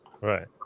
right